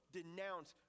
denounce